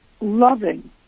loving